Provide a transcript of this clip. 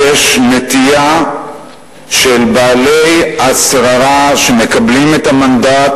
יש נטייה של בעלי השררה שמקבלים את המנדט